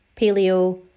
paleo